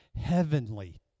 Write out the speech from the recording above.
heavenly